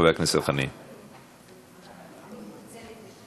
שהם שכחו עד היום,